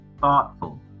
thoughtful